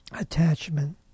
attachment